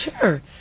Sure